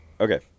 Okay